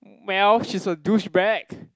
well she's a douchebag